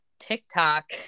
TikTok